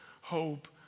hope